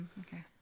Okay